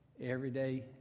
everyday